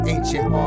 Ancient